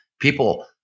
people